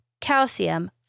calcium